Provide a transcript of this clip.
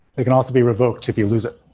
they can also be revoked if you lose it.